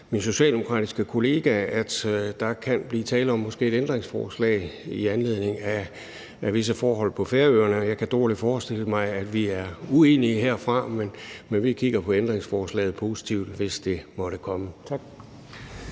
min socialdemokratiske kollega forstået, at der måske kan blive tale om et ændringsforslag i anledning af visse forhold på Færøerne, og jeg kan dårligt forestille mig, at vi er uenige i det herfra. Vi kigger positivt på ændringsforslaget, hvis det måtte komme. Tak.